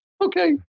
okay